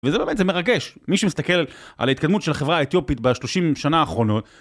וזה באמת מרגש, מי שמסתכל על ההתקדמות של החברה האתיופית בשלושים שנה האחרונות.